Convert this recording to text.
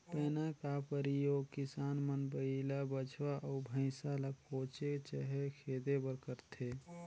पैना का परियोग किसान मन बइला, बछवा, अउ भइसा ल कोचे चहे खेदे बर करथे